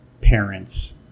parents